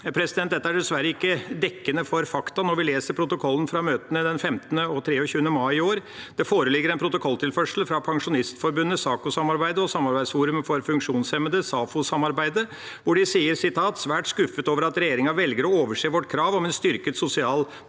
Dette er dessverre ikke dekkende for fakta når vi leser protokollen fra møtene den 15. og 23. mai i år. Det foreligger en protokolltilførsel fra Pensjonistforbundet, SAKOsamarbeidet, og Samarbeidsforumet av funksjonshemmedes organisasjoner, SAFO-samarbeidet, hvor de sier at de er svært skuffet over at regjeringa velger å overse deres krav om en styrket sosial